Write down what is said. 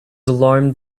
alarmed